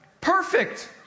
Perfect